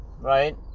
right